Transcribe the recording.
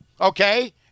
okay